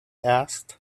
asked